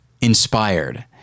inspired